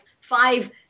Five